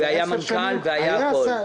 והיה מנכ"ל והיה הכול?